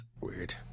weird